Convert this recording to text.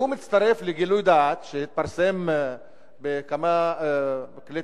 והוא מצטרף לגילוי דעת שהתפרסם בכמה כלי